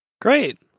Great